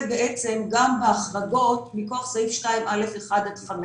בעצם גם בהחרגות מכוח סעיף 2(א)(1) (5),